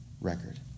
record